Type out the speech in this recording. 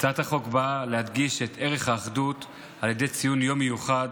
הצעת החוק באה להדגיש את ערך האחדות על ידי ציון יום מיוחד,